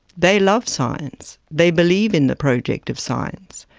they love science, they believe in the project of science,